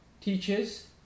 teaches